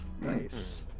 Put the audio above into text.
nice